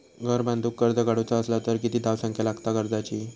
घर बांधूक कर्ज काढूचा असला तर किती धावसंख्या लागता कर्जाची?